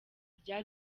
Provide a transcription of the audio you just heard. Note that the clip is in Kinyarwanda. rya